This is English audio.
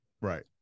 Right